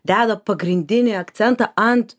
deda pagrindinį akcentą ant